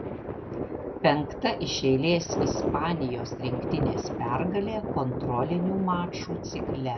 penkta iš eilės ispanijos rinktinės pergalė kontrolinių mačų cikle